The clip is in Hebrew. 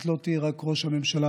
את לא תהיי רק ראש הממשלה,